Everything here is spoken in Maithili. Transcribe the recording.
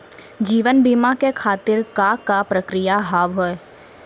जीवन बीमा के खातिर का का प्रक्रिया हाव हाय?